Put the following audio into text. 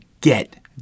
get